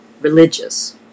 religious